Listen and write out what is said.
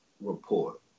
report